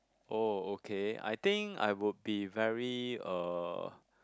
oh okay I think I would be very uh